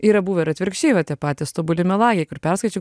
yra buvę ir atvirkščiai va tie patys tobuli melagiai kur perskaičiau